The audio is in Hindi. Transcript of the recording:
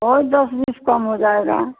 तो ही दस बीस कम हो जाएगा